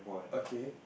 okay